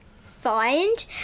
find